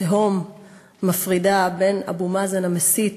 תהום מפרידה בין אבו מאזן, המסית